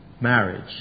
marriage